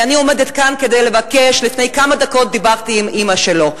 ואני עומדת כאן כדי לבקש: לפני כמה דקות דיברתי עם אמא שלו.